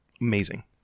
Amazing